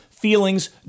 Feelings